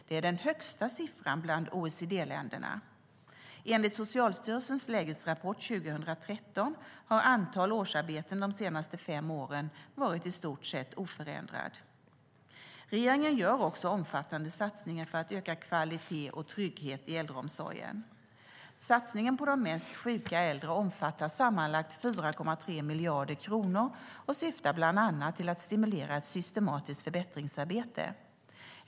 Det är den högsta siffran bland OECD-länderna. Enligt Socialstyrelsens lägesrapport 2013 har antalet årsarbeten de senaste fem åren i stort sett varit oförändrat. Regeringen gör också omfattande satsningar för att öka kvalitet och trygghet i äldreomsorgen. Satsningen på de mest sjuka äldre omfattar sammanlagt 4,3 miljarder kronor och syftar bland annat till att stimulera ett systematiskt förbättringsarbete.